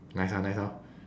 nice ah nice lor